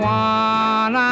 one